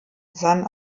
san